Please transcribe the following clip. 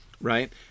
right